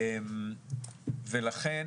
בבית החולים שבו אני עובד,